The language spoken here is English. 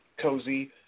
cozy